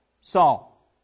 Saul